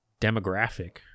demographic